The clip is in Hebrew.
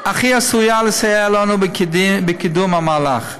אך היא עשויה לסייע לנו בקידום המהלך.